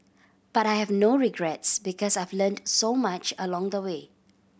but I have no regrets because I've learnt so much along the way